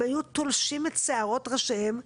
הם היו תולשים את שיערות ראשיהם,